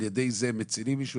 על ידי זה הם מצילים מישהו,